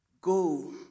go